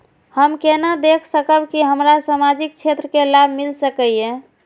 हम केना देख सकब के हमरा सामाजिक क्षेत्र के लाभ मिल सकैये?